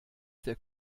der